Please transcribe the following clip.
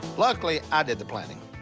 luckily, i did the planning.